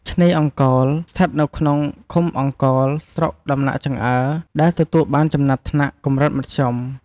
ឆ្នេរអង្កោល ស្ថិតនៅក្នុងឃុំអង្កោល ស្រុកដំណាក់ចង្អើរ ដែលទទួលបានចំណាត់ថ្នាក់ "កម្រិតមធ្យម" ។